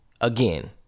again